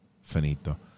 finito